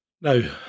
Now